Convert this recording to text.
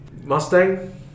Mustang